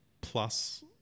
Plus